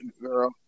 Girl